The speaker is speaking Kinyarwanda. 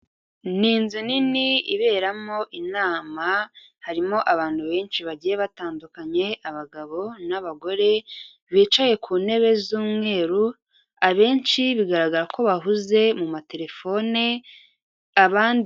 Ni inzu nini iberamo inama, harimo abantu benshi bagiye batandukanye abagabo n'abagore, bicaye ku ntebe z'umweru, abenshi bigaragara ko bahuze mu matelefone abandi....